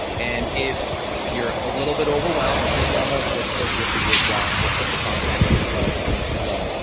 and if you're a little bit overwhelmed which is normal. we're still here for you as well and we'll put the contact info below.